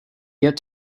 yet